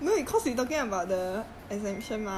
why you jump off question but okay